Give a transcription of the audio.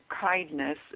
kindness